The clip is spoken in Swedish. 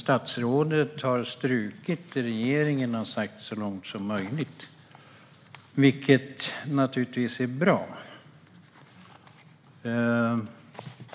Statsrådet har strukit regeringens uttryck "så långt som möjligt", vilket naturligtvis är bra.